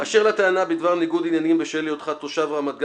'אשר לטענה בדבר ניגוד עניינים בשל היותך תושב רמת גן.